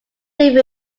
leave